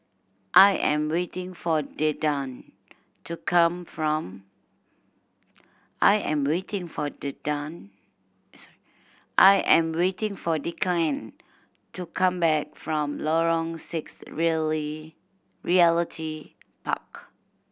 I am waiting for to come from I am waiting for I am waiting for Declan to come back from Lorong six Really Realty Park